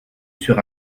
sur